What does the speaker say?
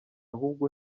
ahubwo